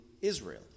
Israel